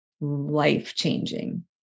life-changing